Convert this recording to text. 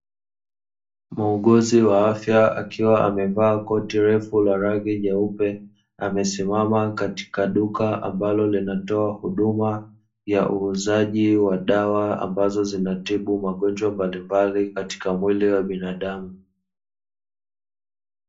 Muuguzi wa afya akiwa amevaa koti refu la rangi nyeupe, amesimama katika duka ambalo linatoa huduma ya uuzaji wa dawa ambazo zinatibu magonjwa mbalimbali katika mwili wa binadamu.